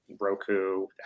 Roku